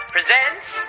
Presents